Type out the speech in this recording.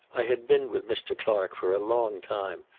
i had been with mr. clark for a long time.